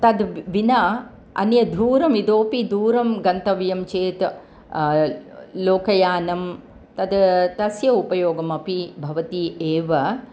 तद् ब् विना अन्यत् दूरम् इतोपि दूरं गन्तव्यं चेत् लोकयानं तद् तस्य उपयोगम् अपि भवति एव